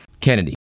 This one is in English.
Kennedy